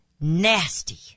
nasty